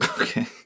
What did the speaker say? Okay